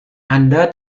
anda